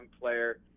player